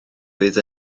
fydd